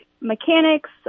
mechanics